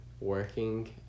working